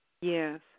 Yes